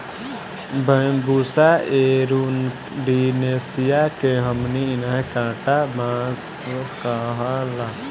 Bambusa arundinacea के हमनी इन्हा कांटा बांस कहाला